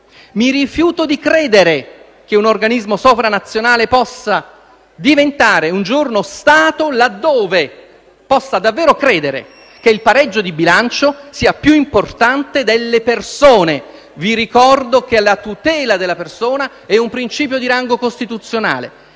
Mi rifiuto di credere che un organismo sovranazionale possa diventare un giorno Stato laddove possa davvero pensare che il pareggio di bilancio sia più importante delle persone. Vi ricordo che la tutela della persona è un principio di rango costituzionale,